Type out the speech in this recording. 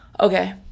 Okay